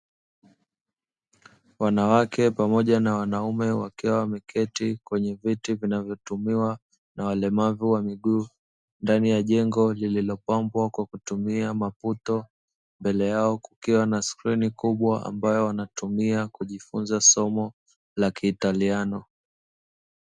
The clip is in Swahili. Wanawake pamoja na wanaume wakiwa wameketi kwenye viti vinavyotumiwa na walemavu mbele yao kukiwa kuna skrini kubwa wakiwa wanatumia kujifunzia somo la kiitaliano.